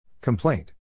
Complaint